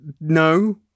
no